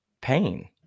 pain